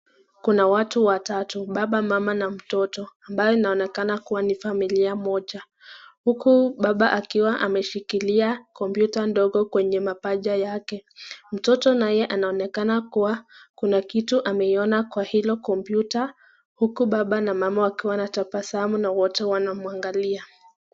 Kuna watu watatu, baba, mama na mtoto. Ambayo inaonekana kuwa ni familia moja. Huku baba akiwa ameshikilia komputa ndogo kwenye mapaja yake. Mtoto naye anaonekana kuwa kuna kitu ameiona kwa hilo komputa huku baba na mama wakiwa wanatabasamu na wote wanamwangalia.